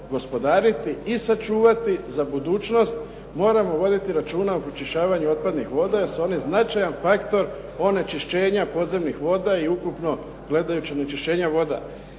gospodariti i sačuvati za budućnost moramo voditi računa u pročišćavanju otpadnih voda jer su oni značajni faktor onečišćenja podzemnih voda i ukupno gledajući onečišćenja voda.